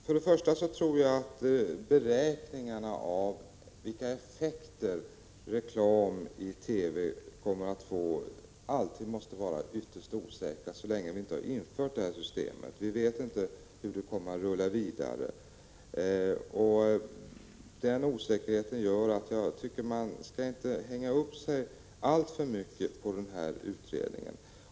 För det första tror jag att beräkningarna av vilka effekter reklam i TV kommer att få alltid måste vara ytterst osäkra så länge vi inte har infört systemet i fråga. Vi vet ju inte hur det här kommer att rulla vidare. Med tanke på denna osäkerhet tycker jag som sagt att man inte skall hänga upp alltför mycket på nämnda utredning.